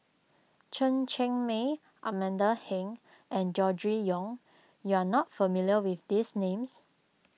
Chen Cheng Mei Amanda Heng and Gregory Yong you are not familiar with these names